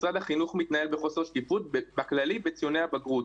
משרד החינוך מתנהל בחוסר שקיפות בכללי בציוני הבגרות.